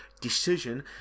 Decision